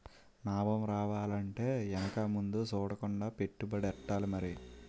నాబం రావాలంటే ఎనక ముందు సూడకుండా పెట్టుబడెట్టాలి మరి